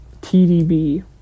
TDB